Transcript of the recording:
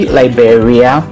liberia